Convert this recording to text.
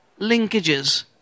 linkages